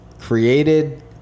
created